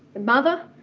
mother,